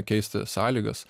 keisti sąlygas